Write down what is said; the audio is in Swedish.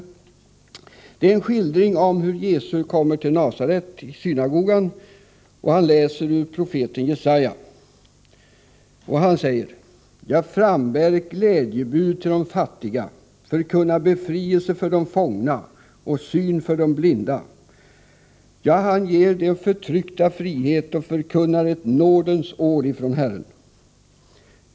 Det är en skildring av hur Jesus i Nasarets synagoga läser ur profeten Jesaja. Han frambär ett glädjebud till de fattiga, förkunnar befrielse för de fångna och syn för de blinda, ja, han ger de förtryckta frihet och förkunnar ett nådens år från Herren.